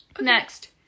Next